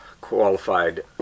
qualified